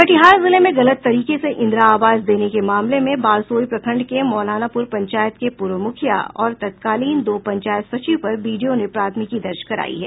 कटिहार जिले में गलत तरीके से इंदिरा आवास देने के मामले में बारसोई प्रखंड के मौलानापुर पंचायत के पूर्व मुखिया और तत्कालीन दो पंचायत सचिव पर बीडीओ ने प्राथमिकी दर्ज करायी है